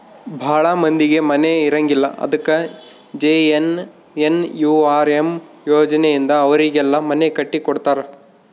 ಭಾಳ ಮಂದಿಗೆ ಮನೆ ಇರಂಗಿಲ್ಲ ಅದಕ ಜೆ.ಎನ್.ಎನ್.ಯು.ಆರ್.ಎಮ್ ಯೋಜನೆ ಇಂದ ಅವರಿಗೆಲ್ಲ ಮನೆ ಕಟ್ಟಿ ಕೊಡ್ತಾರ